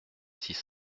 six